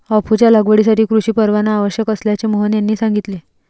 अफूच्या लागवडीसाठी कृषी परवाना आवश्यक असल्याचे मोहन यांनी सांगितले